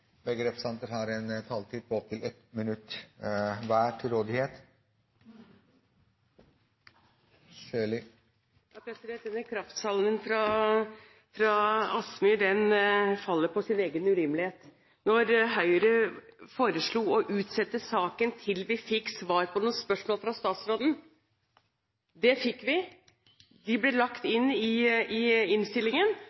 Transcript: har hatt ordet to ganger tidligere og får ordet til en kort merknad, begrenset til 1 minutt. Denne kraftsalven fra Kielland Asmyhr faller på sin egen urimelighet. Høyre foreslo å utsette saken til vi fikk svar på noen spørsmål fra statsråden. Det fikk vi. De ble lagt